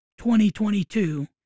2022